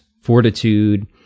fortitude